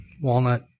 walnut